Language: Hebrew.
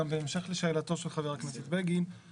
בהמשך גם לשאלתו של חבר הכנת בגין,